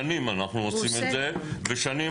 במשך שנים אנחנו עושים את זה ובמשך שנים